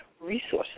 resources